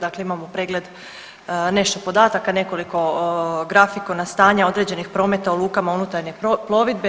Dakle, imamo pregled nešto podataka, nekoliko grafikona stanja određenih prometa u lukama unutarnje plovidbe.